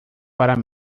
para